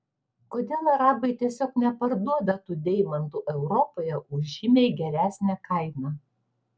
kodėl arabai tiesiog neparduoda tų deimantų europoje už žymiai geresnę kainą